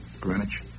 Greenwich